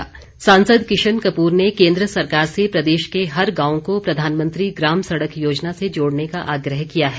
किशन कपूर सांसद किशन कपूर ने केंद्र सरकार से प्रदेश के हर गांव को प्रधानमंत्री ग्राम सड़क योजना से जोड़ने का आग्रह किया है